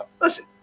Listen